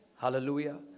Hallelujah